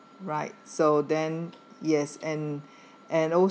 right so then yes and and also